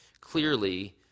Clearly